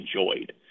enjoyed